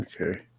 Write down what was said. Okay